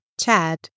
Chad